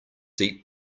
deep